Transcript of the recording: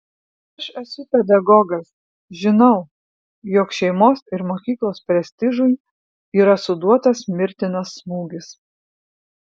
aš esu pedagogas žinau jog šeimos ir mokyklos prestižui yra suduotas mirtinas smūgis